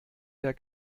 der